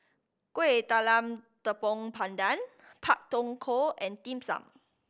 Kueh Talam Tepong Pandan Pak Thong Ko and Dim Sum